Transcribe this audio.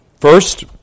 First